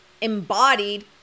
embodied